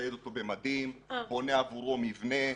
מצייד אותו במדים, בונה עבורו מבנה,